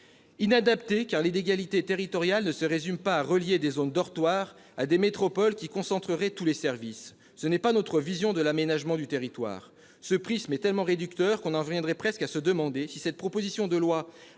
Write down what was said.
inadapté, car l'égalité territoriale ne se résume pas à relier des zones-dortoirs à des métropoles qui concentreraient tous les services. Ce n'est pas notre vision de l'aménagement du territoire. Ce prisme est tellement réducteur que l'on en viendrait presque à se demander si cette proposition de loi